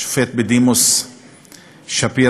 השופט בדימוס שפירא,